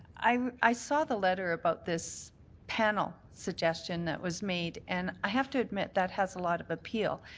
i saw the letter about this panel suggestion that was made, and i have to admit that has a lot of appeal.